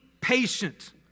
patient